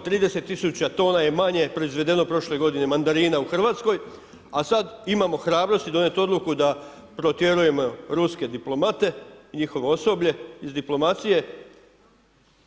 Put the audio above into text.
30 tisuća tona je manje proizvedeno prošle godine mandarina u RH, a sad imamo hrabrosti donijeti odluku da protjerujemo ruske diplomate i njihovo osoblje iz diplomacije,